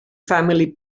family